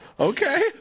Okay